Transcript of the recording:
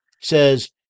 says